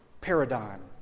paradigm